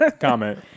comment